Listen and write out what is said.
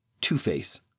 Two-Face